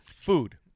Food